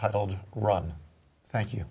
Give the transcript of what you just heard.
titled ron thank you